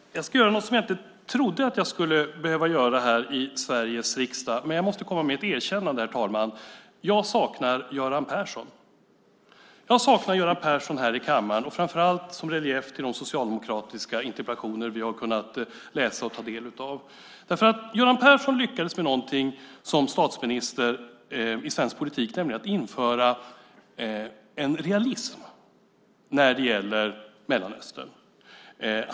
Herr talman! Jag ska göra något som jag inte trodde att jag skulle behöva göra här i Sveriges riksdag, men jag måste komma med ett erkännande. Jag saknar Göran Persson. Jag saknar Göran Persson här i kammaren, framför allt som relief till de socialdemokratiska interpellationer vi har kunnat läsa och ta del av. Göran Persson lyckades med någonting som statsminister i svensk politik, nämligen att införa en realism när det gäller Mellanöstern.